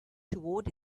toward